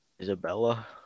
Isabella